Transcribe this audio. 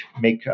make